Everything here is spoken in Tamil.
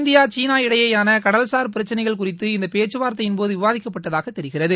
இந்தியா சீனா இடையேயான கடல்சார் பிரச்சினைகள் குறித்து இந்த பேச்சுவார்த்தையின் போது விவாதிக்கப்பட்டதாக தெரிகிறது